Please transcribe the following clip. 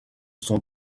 son